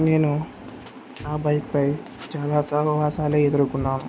నేను నా బైక్పై చాలా సాహసాలే ఎదుర్కొన్నాను